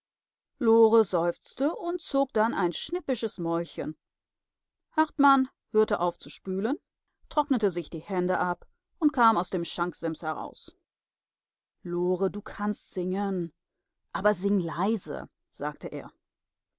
lore seufzte und zog dann ein schnippisches mäulchen hartmann hörte auf zu spülen trocknete sich die hände ab und kam aus dem schanksims heraus lore du kannst singen aber sing leise sagte er